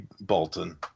Bolton